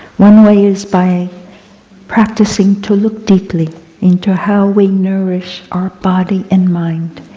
one way is by practicing to look deeply into how we nourish our body and mind.